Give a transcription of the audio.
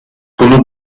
bunu